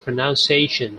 pronunciation